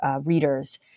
readers